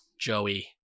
Joey